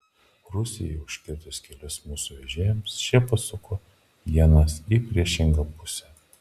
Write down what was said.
rusijai užkirtus kelius mūsų vežėjams šie pasuko ienas į priešingą pusę